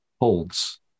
holds